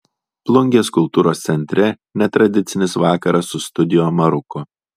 plungės kultūros centre netradicinis vakaras su studio maruko